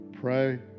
Pray